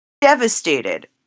devastated